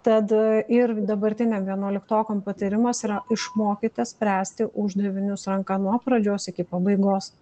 tad ir dabartiniem vienuoliktokam patarimas yra išmokyti spręsti uždavinius ranka nuo pradžios iki pabaigos